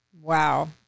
Wow